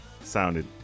sounded